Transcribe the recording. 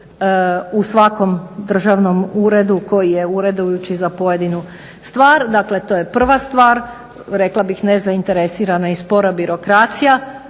u svakom državnom uredu koji je uredujući za pojedinu stvar. Dakle, to je prva stvar. Rekla bih nezainteresirana i spora birokracija.